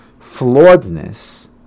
Flawedness